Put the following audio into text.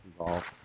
involved